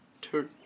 Two